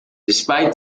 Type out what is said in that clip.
despite